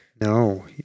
No